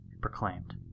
proclaimed